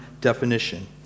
definition